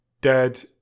dead